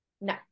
no